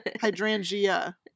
Hydrangea